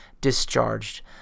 discharged